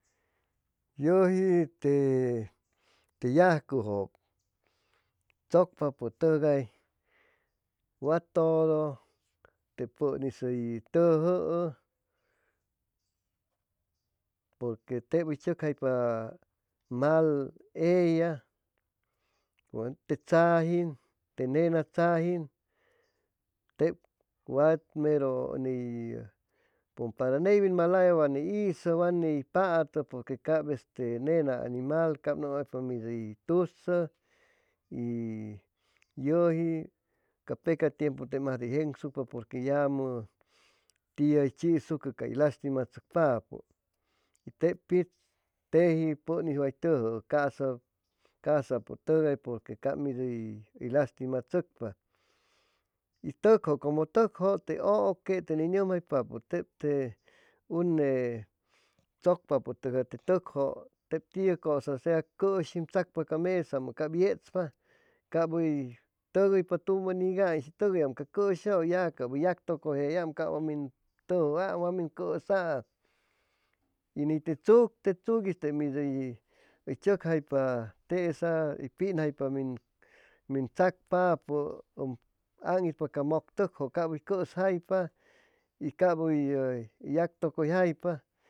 Yuji te yujcujuu tsucpapu tugay wa tudu te pun is uy tuju'u pur que teb uy chucjaypa mal ella te tsajin te nena tsajin teb wat meru u para neywin malaya mera wan ni isu wa ni patu te nena animal numuypa mid uy tusu y yuji ca peca tiempu jensucpa pur que llamu tiu chisucu ca lastima tsucpapu teb pits teji pun way tuju'u pu casa pu tugay purque cab mi lastimatsucpa y tuc'ju cumu tuc'ju te uque te ni numjaypapu te une tsucpapu te tec'ju teb tiu cusa sea cushi um tsacpa ca mesa'mu cab yetspa cab uy tuguypa tumu nigay y si tuguyaam ca cushijuu cab uy yactucujayam ca wa mi cusa'am y ne te tsuc te mid uy tsucjaypa tesa uy pinjaypa min tsacpapu um ag'itpapu ca muc tucju cab uy cusaypa cab uy yactucuyjaypa